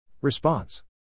Response